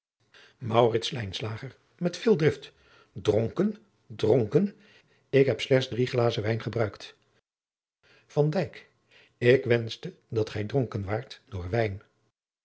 veel drift dronken dronken ik heb slechts drie glazen wijn gebruikt van dijk ik wenschte dat gij dronken waart door